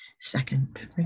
second